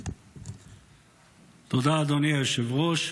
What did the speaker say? תודה, אדוני היושב-ראש.